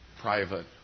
private